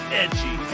edgy